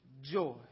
joy